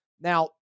Now